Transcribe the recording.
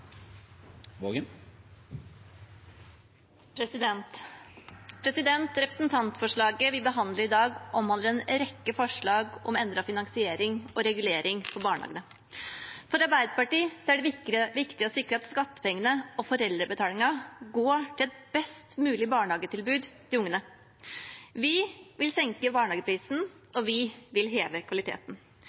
Representantforslaget vi behandler i dag, omhandler en rekke forslag om endret finansiering og regulering av barnehagene. For Arbeiderpartiet er det viktig å sikre at skattepengene og foreldrebetalingen går til et best mulig barnehagetilbud til ungene. Vi vil senke barnehageprisen, og vi vil heve kvaliteten.